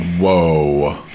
Whoa